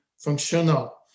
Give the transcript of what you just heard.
functional